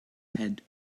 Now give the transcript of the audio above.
head